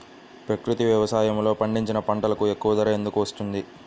ప్రకృతి వ్యవసాయములో పండించిన పంటలకు ఎక్కువ ధర ఎందుకు వస్తుంది?